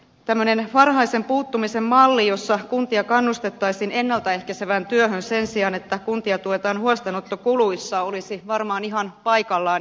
tämmöinen varhaisen puuttumisen malli jossa kuntia kannustettaisiin ennalta ehkäisevään työhön sen sijaan että kuntia tuetaan huostaanottokuluissa olisi varmaan ihan paikallaan